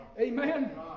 Amen